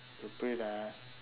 lah